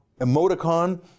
emoticon